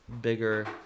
bigger